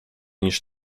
niż